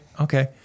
Okay